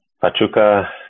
Pachuca